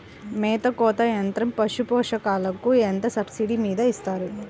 మేత కోత యంత్రం పశుపోషకాలకు ఎంత సబ్సిడీ మీద ఇస్తారు?